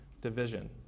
division